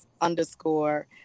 underscore